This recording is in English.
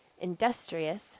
industrious